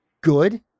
good